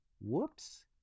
Whoops